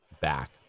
back